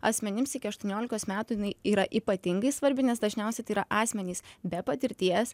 asmenims iki aštuoniolikos metų jinai yra ypatingai svarbi nes dažniausiai tai yra asmenys be patirties